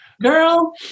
girl